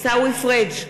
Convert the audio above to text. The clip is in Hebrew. עיסאווי פריג'